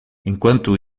enquanto